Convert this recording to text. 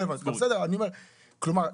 כלומר,